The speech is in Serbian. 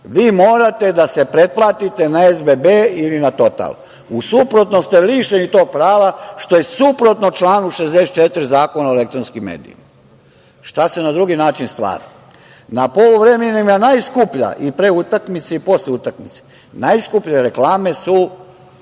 vi morate da se pretplatite na SBB ili na "Total". U suprotnom ste lišeni tog prava, što je suprotno članu 64. Zakona o elektronskim medijima. Šta se na drugi način stvara? Poluvreme im je najskuplja, i pre utakmice i posle utakmice, najskuplje reklame su